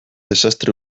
desastre